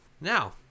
Now